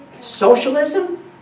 Socialism